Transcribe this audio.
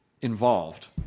involved